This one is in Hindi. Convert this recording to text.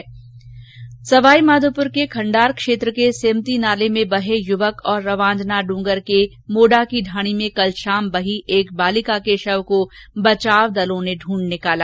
उघर सवाईमाघोपुर के खंडार क्षेत्र के सेमति नाले में बहे युवक और रवांजना डूंगर के मोडा की ढाणी में कल शाम बही एक बालिका के शव को बचाव दलों ने दूंढ निकाला